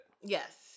Yes